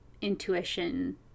intuition